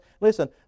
Listen